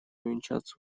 увенчаться